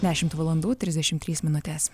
dešimt valandų trisdešim trys minutės